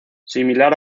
similar